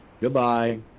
Goodbye